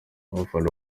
abafana